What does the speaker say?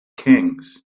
kings